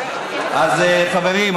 אז חברים,